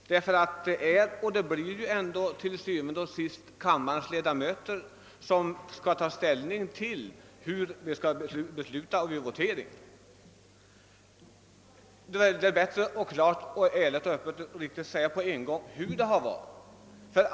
Det blir til syvende og sidst ändå kammarens ledamöter som skall ta ställning vid en votering. Då är det bättre att öppet och ärligt säga ifrån hur det har varit.